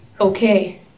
Okay